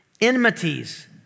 enmities